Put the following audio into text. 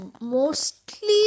mostly